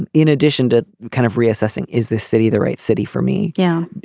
and in addition to kind of reassessing is this city the right city for me. yeah.